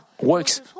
works